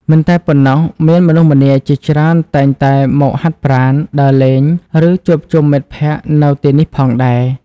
មិនតែប៉ុណ្ណោះ មានមនុស្សម្នាជាច្រើនតែងតែមកហាត់ប្រាណ ដើរលេង ឬជួបជុំមិត្តភក្តិនៅទីនេះផងដែរ។